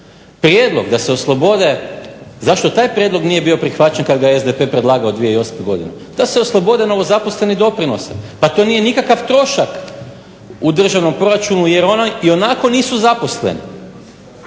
koji su bez posla. Zašto taj prijedlog nije bio prihvaćen, kada ga je SDP predlagao 2008. Godine da se oslobode novozaposleni doprinosa, pa to nije nikakav trošak u državnom proračunu jer ionako nisu zaposleni,